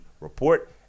report